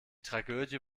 tragödie